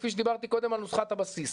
כפי שדיברתי קודם על נוסחת הבסיס,